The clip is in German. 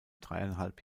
dreieinhalb